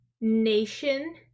nation